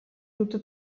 dute